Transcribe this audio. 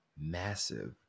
massive